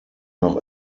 noch